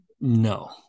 no